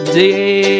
day